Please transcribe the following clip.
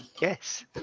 yes